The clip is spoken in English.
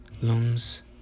looms